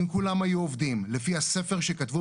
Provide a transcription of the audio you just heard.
אם כולם היו עובדים לפי הספר שכתבו